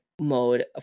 mode